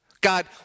God